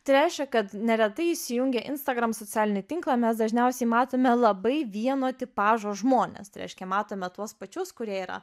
tai reiškia kad neretai įsijungę instagram socialinį tinklą mes dažniausiai matome labai vieno tipažo žmones tai reiškia matome tuos pačius kurie yra